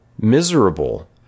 miserable